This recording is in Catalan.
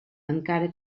encara